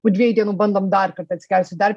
po dviejų dienų bandom dar kartą atsikelsiu dar